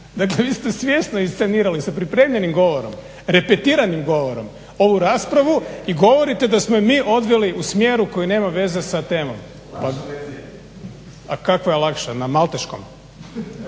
Dakle vi ste svjesno inscenirali sa pripremljenim govorom, repetiranim govorom ovu raspravu i govorite da smo je mi odveli u smjeru koja nema veze sa temom. … /Upadica se ne razumije.